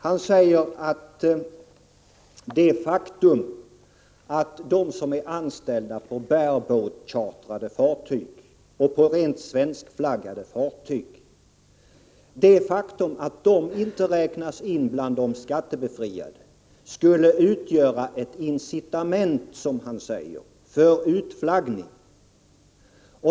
Han sade att det faktum att de som är anställda på bare-boat-chartrade fartyg och på rent svenskflaggade fartyg inte räknas in bland de skattebefriade skulle utgöra ett incitament för utflaggning.